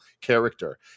character